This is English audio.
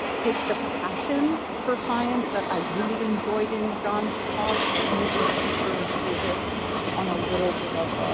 take the passion for science that i really enjoyed in john's talk but maybe super impose it on a little bit of,